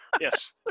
yes